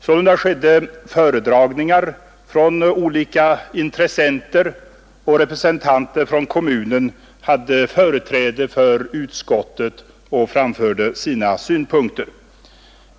Sålunda skedde föredragningar från olika intressenter, och representanter för kommunen hade företräde för utskottet och framförde sina synpunkter.